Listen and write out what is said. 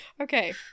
okay